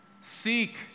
Seek